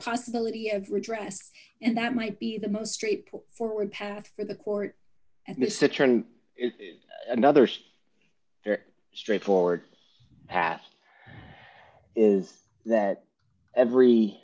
possibility of redress and that might be the most straight forward path for the court and the security is another there straightforward path is that every